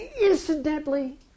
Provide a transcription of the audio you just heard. incidentally